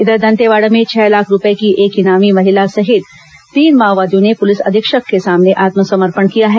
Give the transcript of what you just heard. इधर दंतेवाड़ा में छह लाख रूपये की एक इनामी महिला सहित तीन माओवादियों ने पुलिस अधीक्षक के सामने आत्मसमर्पण किया है